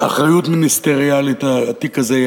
אחריות מיניסטריאלית התיק הזה יהיה,